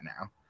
now